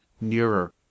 nearer